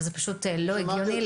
וזה פשוט לא הגיוני.